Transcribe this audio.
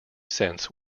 cents